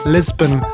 Lisbon